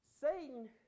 Satan